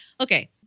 Okay